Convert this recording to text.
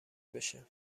بشه